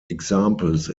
examples